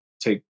take